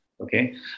Okay